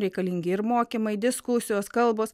reikalingi ir mokymai diskusijos kalbos